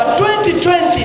2020